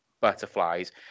butterflies